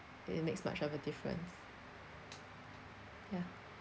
it makes much of a difference ya